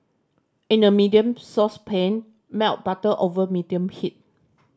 in a medium saucepan melt butter over medium heat